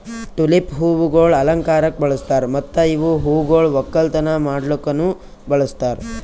tulip ಹೂವುಗೊಳ್ ಅಲಂಕಾರಕ್ ಬಳಸ್ತಾರ್ ಮತ್ತ ಇವು ಹೂಗೊಳ್ ಒಕ್ಕಲತನ ಮಾಡ್ಲುಕನು ಬಳಸ್ತಾರ್